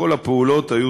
כל הפעולות היו